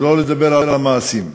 שלא לדבר על המעשים.